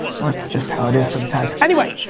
well, that's just how it is sometimes. anyway,